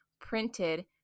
printed